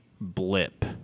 blip